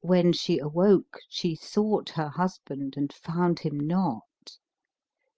when she awoke she sought her husband and found him not